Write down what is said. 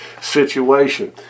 situation